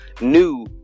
new